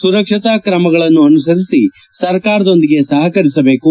ಸುರಕ್ಷತಾ ಕ್ರಮಗಳನ್ನು ಅನುಸರಿಸಿ ಸರ್ಕಾರದೊಂದಿಗೆ ಸಹಕರಿಸಬೇಕು